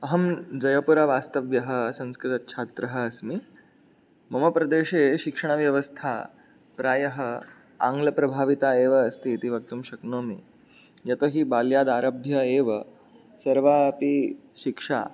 अहं जयपुरवास्तव्यः संस्कृतच्छात्रः अस्मि मम प्रदेशे शिक्षणव्यवस्था प्रायः आङ्गलप्रभाविता एव अस्ति इति वक्तुं शक्नोमि यतो हि बाल्यादारभ्य एव सर्वा अपि शिक्षा